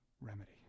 remedy